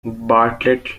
bartlett